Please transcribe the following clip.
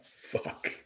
fuck